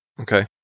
Okay